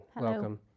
Welcome